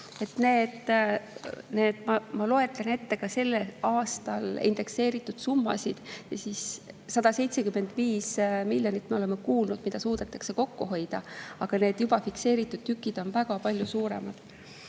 Ma loetlen ka sellel aastal indekseeritud summad. 175 miljonit, me oleme kuulnud, suudetakse kokku hoida, aga need juba fikseeritud tükid on väga palju suuremad.